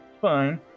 fine